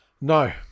No